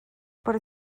por